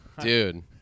Dude